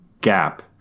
GAP